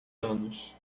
anos